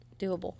doable